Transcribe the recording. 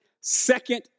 Second